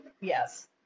yes